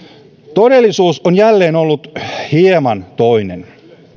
todellisuus on jälleen ollut hieman toinen